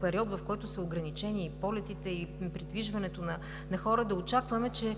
период, в който са ограничени и полетите, и придвижването на хора, да очакваме, че